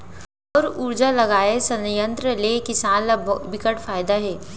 सउर उरजा संयत्र लगाए ले किसान ल बिकट फायदा हे